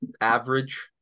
average